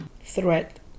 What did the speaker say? Threat